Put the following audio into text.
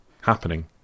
happening